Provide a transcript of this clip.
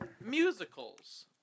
musicals